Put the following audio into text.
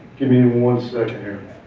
give me one second here.